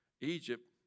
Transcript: Egypt